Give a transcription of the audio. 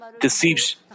deceives